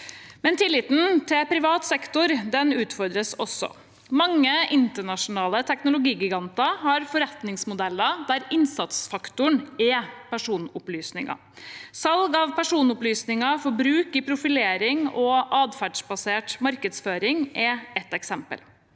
Tilliten til privat sektor utfordres også. Mange internasjonale teknologigiganter har forretningsmodeller der innsatsfaktoren er personopplysninger. Salg av personopplysninger for bruk i profilering og atferdsbasert markedsføring er ett eksempel.